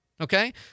Okay